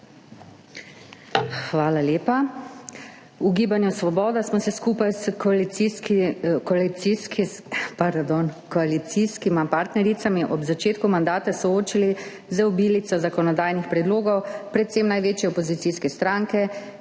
Hvala lepa. V Gibanju Svoboda smo se skupaj koalicijskima partnericama ob začetku mandata soočili z obilico zakonodajnih predlogov, predvsem največje opozicijske stranke,